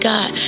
God